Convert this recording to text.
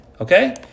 Okay